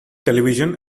television